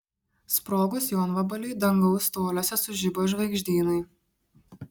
sprogus jonvabaliui dangaus toliuose sužibo žvaigždynai